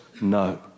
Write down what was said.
no